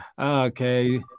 Okay